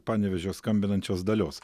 panevėžio skambinančios dalios